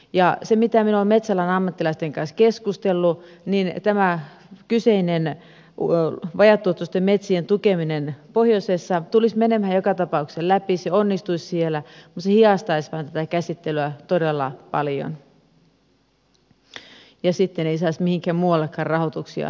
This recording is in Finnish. ja mitä minä olen metsäalan ammattilaisten kanssa keskustellut niin tämä kyseinen vajaatuottoisten metsien tukeminen pohjoisessa tulisi menemään joka tapauksessa läpi se onnistuisi siellä mutta se hidastaisi vain tätä käsittelyä todella paljon ja sitten ei saisi mihinkään muuallekaan rahoituksia liikkeelle